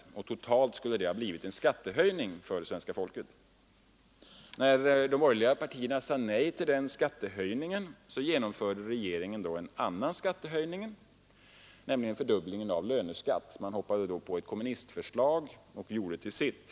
Totalt skulle det ha blivit en skattehöjning för svenska folket. När de borgerliga partierna sade nej till den skattehöjningen, genomförde regeringen en annan skattehöjning, nämligen en fördubbling av löneskat ten. Regeringen hoppade då på ett kommunistförslag som den gjorde till sitt.